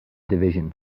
division